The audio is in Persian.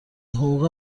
حقوق